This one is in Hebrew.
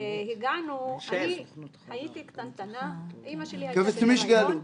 אני הייתי קטנטנה, אמא שלי הייתה בהיריון,